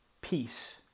peace